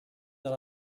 that